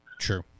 True